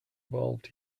evolved